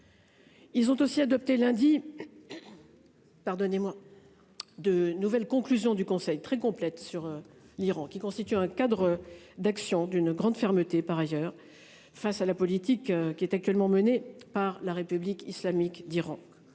Ils ont aussi adopté lundi. Pardonnez-moi. De nouvelles conclusions du Conseil très complète sur l'Iran, qui constitue un cadre d'action d'une grande fermeté par ailleurs face à la politique qui est actuellement menée par la République islamique d'Iran